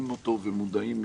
שלום, צוהריים טובים.